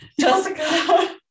Jessica